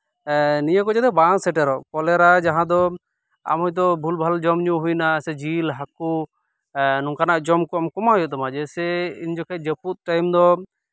ᱱᱤᱭᱟᱹ ᱠᱚ ᱡᱟᱛᱮ ᱵᱟᱝ ᱥᱮᱴᱮᱨᱚᱜ ᱠᱚᱞᱮᱨᱟ ᱡᱟᱦᱟᱸ ᱫᱚ ᱟᱢ ᱦᱳᱭᱛᱳ ᱵᱷᱩᱞᱼᱵᱷᱟᱞ ᱡᱚᱢᱼᱧᱩ ᱦᱩᱭᱱᱟ ᱦᱳᱭᱛᱳ ᱡᱤᱞ ᱦᱟᱹᱠᱩ ᱱᱚᱝᱠᱟᱱᱟᱜ ᱡᱚᱢ ᱠᱚ ᱟᱢ ᱠᱚᱢᱟᱣ ᱦᱩᱭᱩᱜ ᱛᱟᱢᱟ ᱡᱮ ᱥᱮ ᱤᱱ ᱡᱚᱠᱷᱚᱡ ᱡᱟᱹᱯᱩᱫ ᱴᱟᱹᱭᱤᱢ ᱫᱚ